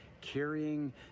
carrying